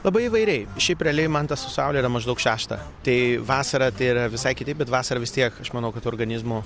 labai įvairiai šiaip realiai man tas su saule yra maždaug šeštą tai vasarą tai yra visai kitaip bet vasarą vis tiek aš manau kad organizmo